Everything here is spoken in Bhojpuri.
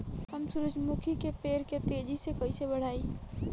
हम सुरुजमुखी के पेड़ के तेजी से कईसे बढ़ाई?